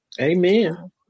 Amen